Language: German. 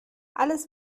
alles